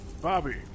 Bobby